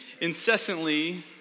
incessantly